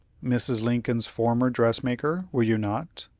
mrs. lincoln's former dressmaker, were you not?